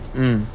mm